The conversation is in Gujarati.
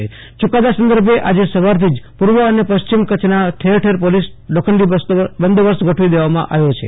યુકાદા સંદર્ભે આજે સવારથી જ પૂર્વ અને પશ્ચિમ કચ્છમાં ઠેર ઠેર પોલીસનો લોખંડી બંદોબસ્ત ગોઠવી દેવામાં આવ્યો છે